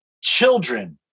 children